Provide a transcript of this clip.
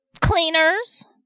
cleaners